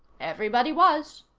everybody was.